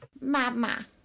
Mama